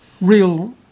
real